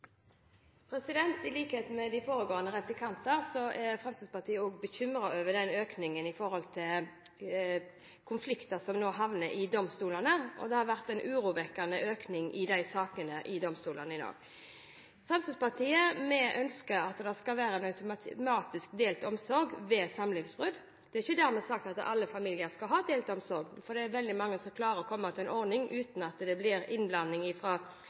I likhet med de foregående replikanter er Fremskrittspartiet også bekymret over økningen i konflikter som nå havner i domstolene, og det har vært en urovekkende økning i antallet saker. Fremskrittspartiet ønsker at det skal være automatisk delt omsorg ved samlivsbrudd. Det er ikke dermed sagt at alle familier skal ha delt omsorg, for det er veldig mange som klarer å komme til en ordning uten at det blir innblanding fra det offentlige i